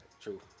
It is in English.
True